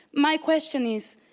my question is,